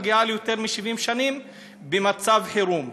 היא מגיעה ליותר מ-70 שנים במצב חירום.